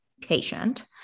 patient